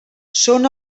són